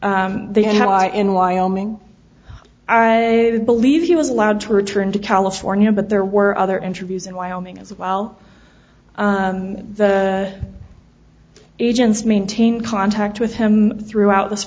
they have i in wyoming i believe he was allowed to return to california but there were other interviews in wyoming as well the agents maintained contact with him throughout this